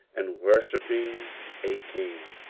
and worshipping a king.